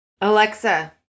Alexa